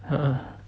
ah ah